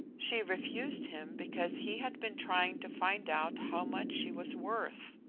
she refused him because he had been trying to find out how much she was worth.